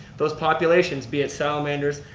those populations, be it salamanders,